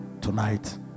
tonight